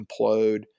implode